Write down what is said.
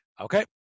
Okay